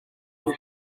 off